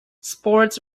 sports